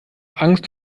angst